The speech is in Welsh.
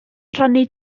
rannu